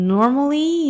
Normally